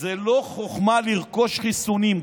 זה לא חוכמה לרכוש חיסונים,